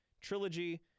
trilogy